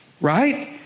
right